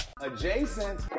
Adjacent